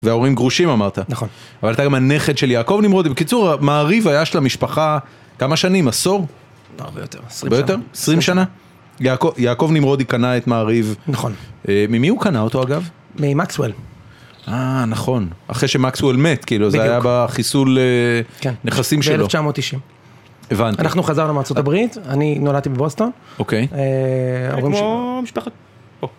וההורים גרושים אמרת? נכון. אבל אתה גם הנכד של יעקב נמרודי. בקיצור, מעריב היה של המשפחה כמה שנים? עשור? לא, הרבה יותר, עשרים שנה. הרבה יותר? עשרים שנה? יעקב נמרודי קנה את מעריב. ממי הוא קנה אותו אגב? ממקסואל. אה, נכון, אחרי שמקסואל מת, זה היה בחיסול נכסים שלו. כן, ב-1990. הבנתי. אנחנו חזרנו מארצות הברית, אני נולדתי בבוסטון, ההורים שלי.